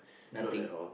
nothing